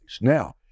now